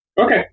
Okay